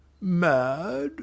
Mad